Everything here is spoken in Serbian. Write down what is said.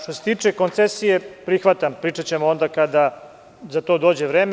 Što se tiče koncesije, prihvatam, pričaćemo onda kada za to dođe vreme.